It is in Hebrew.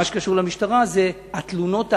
מה שקשור למשטרה זה התלונות ההדדיות,